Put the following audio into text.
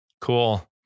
cool